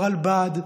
ברלב"ד,